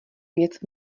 věc